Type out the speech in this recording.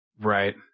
Right